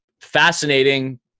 fascinating